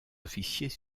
officiers